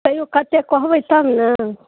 कहियौ कत्तेक कहबै तब ने